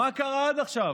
מה קרה עד עכשיו?